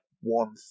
one